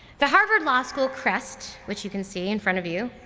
the harvard law school crest, which you can see in front of you,